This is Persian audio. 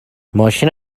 ماشین